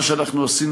מה שעשינו,